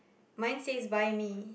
mine says buy me